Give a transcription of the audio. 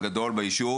דבר ראוי,